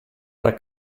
era